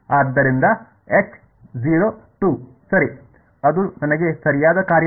ಆದ್ದರಿಂದ ಸರಿ ಅದು ನನಗೆ ಸರಿಯಾದ ಕಾರ್ಯವಾಗಿದೆ